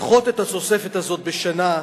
לדחות את התוספת הזאת בשנה.